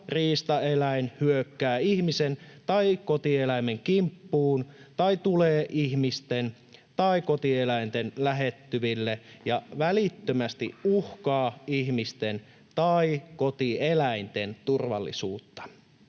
riistaeläin hyökkää ihmisen tai kotieläimen kimppuun tai tulee ihmisten tai kotieläinten lähettyville ja välittömästi uhkaa ihmisten tai kotieläinten turvallisuutta.